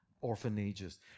orphanages